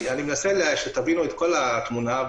אני מנסה שתבינו את כל התמונה.